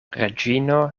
reĝino